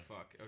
Fuck